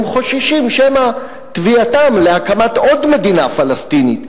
הם חוששים שמא תביעתם להקמת עוד מדינה פלסטינית,